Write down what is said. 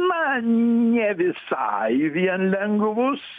na ne visai vien lengvus